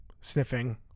Sniffing